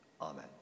Amen